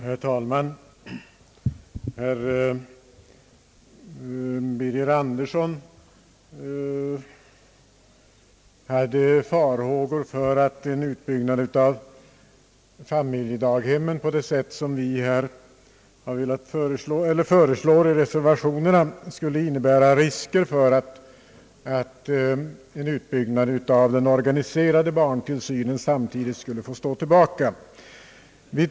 Herr talman! Herr Birger Andersson hyste farhågor för att en utbyggnad av familjedaghemmen på det sätt som vi föreslår i reservationerna innebär risker för att en utbyggnad av den organiserade barntillsynen samtidigt skulle få stå tillbaka.